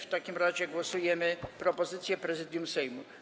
W takim razie głosujemy nad propozycją Prezydium Sejmu.